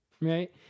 Right